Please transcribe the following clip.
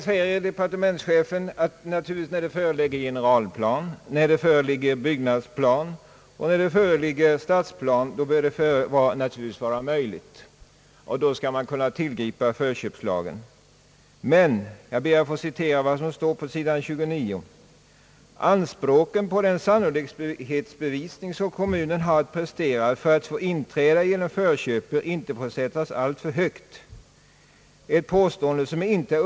När det föreligger generalplan, när det föreligger byggnadsplan och när det föreligger stadsplan skall man naturligtvis kunna tillgripa lagen, säger departementschefen. Emellertid ber jag att få citera några rader som återges på sidan 29 i utskottsutlåtandet: »Anspråken på den sannolikhetsbevisning som kommunen har att prestera för att få inträda genom förköp bör inte få sättas alltför högt. Ett påstående som inte är.